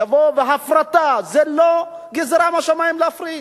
יבואו, והפרטה, זו לא גזירה משמים, להפריט.